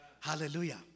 Hallelujah